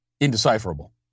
indecipherable